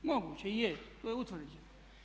Moguće je, to je utvrđeno.